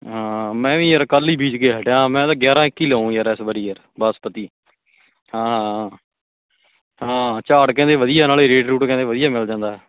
ਹਾਂ ਮੈਂ ਵੀ ਯਾਰ ਕੱਲ੍ਹ ਹੀ ਬੀਜ ਕੇ ਹਟਿਆ ਮੈਂ ਤਾਂ ਗਿਆਰਾਂ ਇੱਕੀ ਲਾਉ ਯਾਰ ਇਸ ਵਾਰੀ ਯਾਰ ਬਾਸਮਤੀ ਹਾਂ ਹਾਂ ਹਾਂ ਝਾੜ ਕਹਿੰਦੇ ਵਧੀਆ ਨਾਲੇ ਰੇਟ ਰੂਟ ਕਹਿੰਦੇ ਵਧੀਆ ਮਿਲ ਜਾਂਦਾ